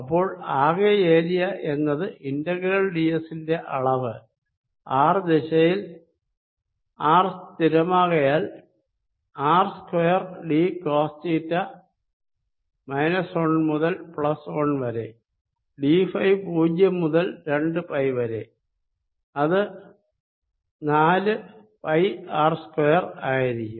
അപ്പോൾ ആകെ ഏരിയ എന്നത് ഇന്റഗ്രൽ ഡി എസ്സിന്റെ അളവ് ആർ ദിശയിൽ ആർ സ്ഥിരമാകയാൽ ആർസ്ക്വയർ ഡി കോസ് തീറ്റ 1 മുതൽ 1 വരെ ഡി ഫൈ പൂജ്യം മുതൽ 2 പൈ വരെ അത് നാലു പൈ ആർ സ്ക്വയർ ആയിരിക്കും